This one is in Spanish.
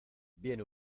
bien